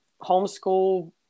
homeschool